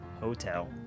Hotel